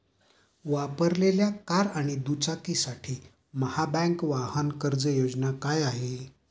वापरलेल्या कार आणि दुचाकीसाठी महाबँक वाहन कर्ज योजना काय आहे?